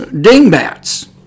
dingbats